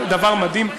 דבר מדהים,